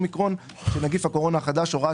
בוקר טוב, היום 30 במאי 2022, כ"ט אייר